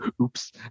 Oops